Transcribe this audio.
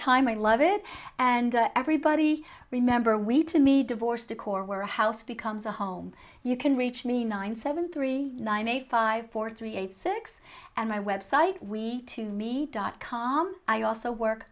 time i love it and everybody remember we to me divorce dcor were house becomes a home you can reach me nine seven three nine eight five four three eight six and my website we to me dot com i also work